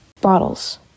bottles